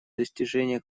достижение